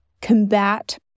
combat